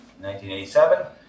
1987